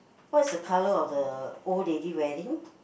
what is the colour of the old lady wearing